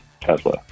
Tesla